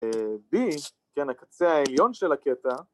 ‫B, כן, הקצה העליון של הקטע.